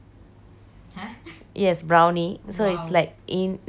yes brownie so it's like in the brownies filling is cheesecake